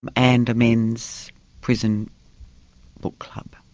and a men's prison book club?